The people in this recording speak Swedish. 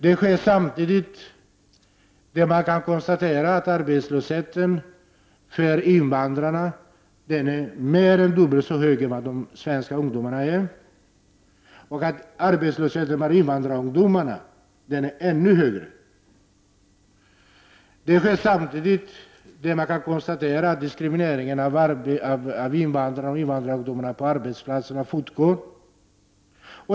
Det sker samtidigt som man kan konstatera att arbetslösheten bland invandrarna är mer än dubbelt så hög som bland svenska ungdomar och ännu högre bland invandrarungdomarna. Det sker samtidigt som man kan konstatera att diskrimineringen av invandrare och invandrarungdomar på arbetsplatserna ökar.